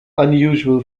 unusual